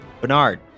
bernard